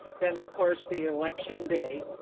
that of course the election day,